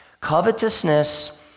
Covetousness